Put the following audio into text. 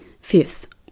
Fifth